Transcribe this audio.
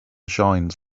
shines